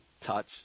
touch